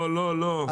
לא, לא.